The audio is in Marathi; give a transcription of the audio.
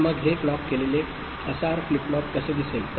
तर मग हे क्लॉक केलेले एसआर फ्लिप फ्लॉप कसे दिसेल